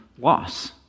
loss